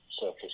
surface